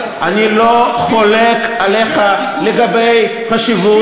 אני לא חולק עליך לגבי חשיבות,